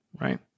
right